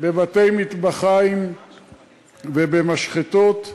בבתי-מטבחיים ובמשחטות.